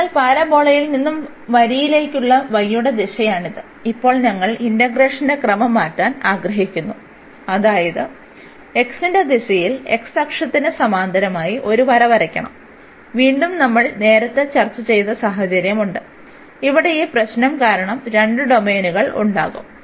അതിനാൽ പരാബോളയിൽ നിന്ന് വരിയിലേക്കുള്ള y യുടെ ദിശയാണിത് ഇപ്പോൾ ഞങ്ങൾ ഇന്റഗ്രേഷന്റെ ക്രമം മാറ്റാൻ ആഗ്രഹിക്കുന്നു അതായത് x ന്റെ ദിശയിൽ x അക്ഷത്തിന് സമാന്തരമായി ഒരു വര വരയ്ക്കണം വീണ്ടും നമ്മൾ നേരത്തെ ചർച്ച ചെയ്ത സാഹചര്യമുണ്ട് ഇവിടെ ഈ പ്രശ്നം കാരണം രണ്ട് ഡൊമെയ്നുകൾ ഉണ്ടാകും